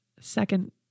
second